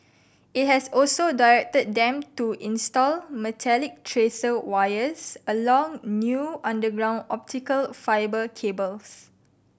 it has also directed them to install metallic tracer wires along new underground optical fibre cables